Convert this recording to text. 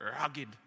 rugged